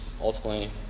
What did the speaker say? ultimately